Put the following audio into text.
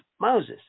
Moses